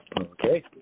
Okay